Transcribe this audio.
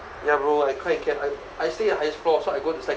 ya bro I cried in camp I I stay highest floor so I go to staircase